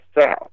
South